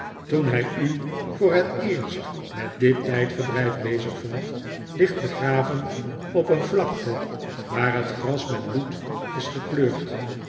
toen hij u voor het eerst met dit tijdverdrijf bezig vond ligt begraven op een vlakte waar het gras met bloed is gekleurd